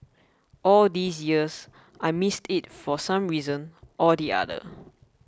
all these years I missed it for some reason or the other